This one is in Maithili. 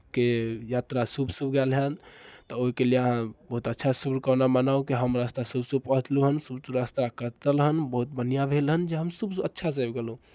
कि यात्रा शुभ शुभ गएल हन तऽ ओहिके लिए अहाँ बहुत अच्छा शुभकामना मनाउ कि हमरा रास्ता शुभ शुभ कटल हन शुभ शुभ रास्ता कटल हेँ बहुत बढ़िआँ भेल हन जे हम सभ अच्छासँ आबि गेलहुँ